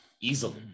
easily